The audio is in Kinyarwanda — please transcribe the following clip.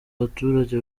abaturage